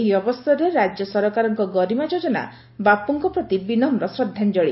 ଏହି ଅବସରରେ ରାଜ୍ୟ ସରକାରଙ୍କ ଗାରିମା ଯୋଜନା ବାପୁଙ୍କ ପ୍ରତି ବିନମ୍ର ଶ୍ରଦ୍ବାଞ୍ଞଳି